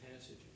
passage